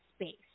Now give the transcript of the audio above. Space